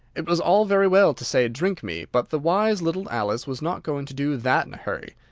it was all very well to say drink me, but the wise little alice was not going to do that in a hurry.